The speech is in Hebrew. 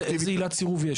איזה עילת סירוב יש?